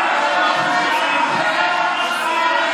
הממשלה הזו,